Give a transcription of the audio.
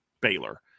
Baylor